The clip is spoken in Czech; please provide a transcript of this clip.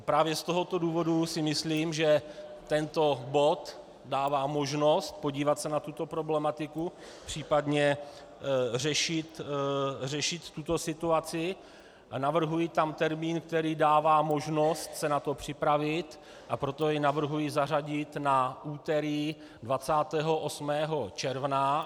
Právě z tohoto důvodu si myslím, že tento bod dává možnost podívat se na tuto problematiku, případně řešit tuto situaci, a navrhuji tam termín, který dává možnost se na to připravit, a proto jej navrhuji zařadit na úterý 28. června.